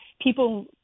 people